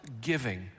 giving